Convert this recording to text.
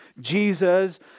Jesus